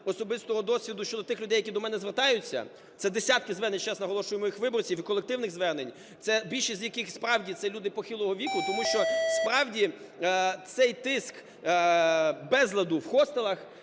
особистого досвіду щодо тих людей, які до мене звертаються, це десятки звернень, ще раз наголошую, моїх виборців і колективних звернень. Це більшість з яких, справді, це люди похилого віку, тому що справді цей тиск безладу в хостелах,